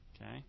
Okay